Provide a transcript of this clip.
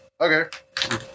Okay